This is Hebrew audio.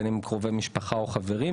בין אם קרובי משפחה או חברים,